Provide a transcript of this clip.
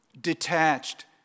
Detached